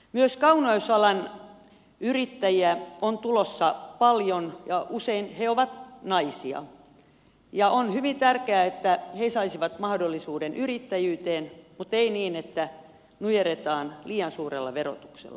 myös kauneusalan yrittäjiä on tulossa paljon ja usein he ovat naisia ja on hyvin tärkeää että he saisivat mahdollisuuden yrittäjyyteen mutta ei niin että heidät nujerretaan liian suurella verotuksella